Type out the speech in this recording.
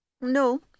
No